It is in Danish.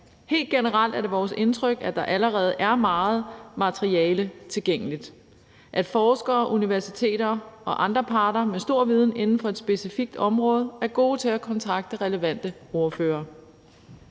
Helt generelt er det vores indtryk, at der allerede er meget materiale tilgængeligt, at forskere, universiteter og andre parter med stor viden inden for et specifikt område er gode til at kontakte relevante ordførere,